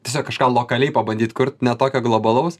tiesiog kažką lokaliai pabandyt kurt ne tokio globalaus